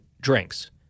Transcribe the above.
drinks